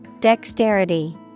dexterity